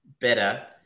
better